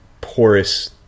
porous